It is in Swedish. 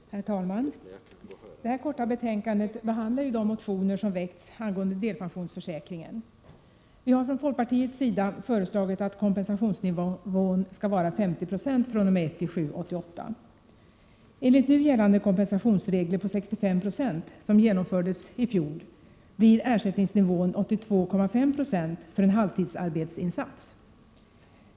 Herr talman! Det här korta betänkandet behandlar de motioner som har väckts angående delpensionsförsäkringen. Vi har från folkpartiets sida föreslagit att kompensationsnivån skall vara 50 96 fr.o.m. den 1 juli 1988. Enligt nu gällande regler om kompensation på 65 96, som genomfördes i fjol, blir ersättningsnivån 82,5 26 för en halvtidsarbetsinsats.